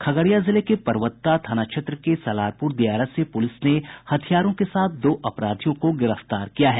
खगड़िया जिले के परबत्ता थाना क्षेत्र के सलारपुर दियारा से पुलिस ने हथियारों के साथ दो अपराधियों को गिरफ्तार किया है